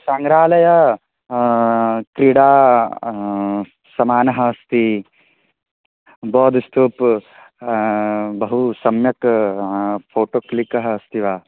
सङ्ग्रहालयः क्रीडा समानः अस्ति बोद्धस्तूपः बहु सम्यक् फ़ोटो क्लिक्कः अस्ति वा